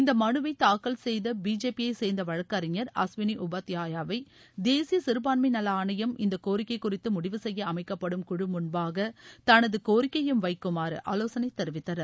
இந்த மனுவை தங்கல் செய்த பிஜேபியைச் சேர்ந்த வழக்கறிஞர் அஸ்விளி உபாத்யாயாவை தேசிய சிறுபான்மை நல ஆணையம் இந்த கோரிக்கை குறித்து முடிவு செய்ய அமைக்கப்படும் குழு முன்பாக தனது கோரிக்கையையும் வைக்குமாறு ஆலோசனை தெரிவித்தனர்